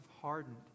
hardened